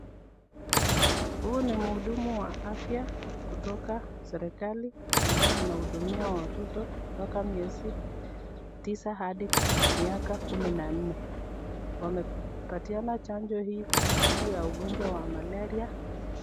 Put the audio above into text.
Huu ni mhudumu wa afya kutoka serikali ambaye anahudumia watoto kutoka miezi tisa hadi miaka kumi na nne. Wamepatiana chanjo hii kudhibiti ugonjwa wa malaria.